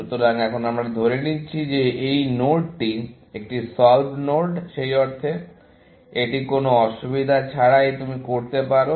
সুতরাং এখন আমরা ধরে নিচ্ছি যে এই নোডটি একটি সল্ভড নোড সেই অর্থে এটি কোন অসুবিধা ছাড়াই তুমি করতে পারো